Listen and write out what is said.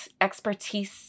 expertise